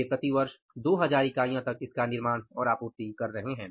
वे प्रति वर्ष 2000 इकाइयों तक इसका निर्माण और आपूर्ति कर रहे हैं